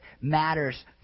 matters